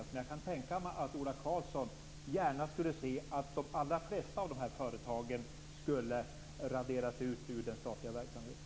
Jag kan dock tänka mig att Ola Karlsson gärna skulle se att de allra flesta av de här företagen skulle raderas ut från den statliga verksamheten.